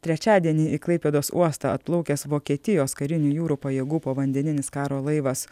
trečiadienį į klaipėdos uostą atplaukęs vokietijos karinių jūrų pajėgų povandeninis karo laivas